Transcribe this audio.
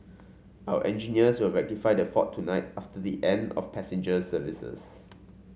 our engineers will rectify the fault tonight after the end of passenger services